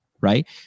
right